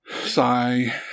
sigh